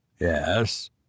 Yes